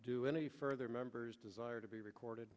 do any further members desire to be recorded